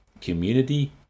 Community